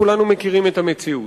כולנו מכירים את המציאות.